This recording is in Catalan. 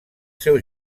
seu